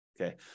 okay